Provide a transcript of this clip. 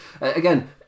Again